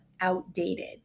outdated